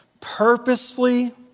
purposefully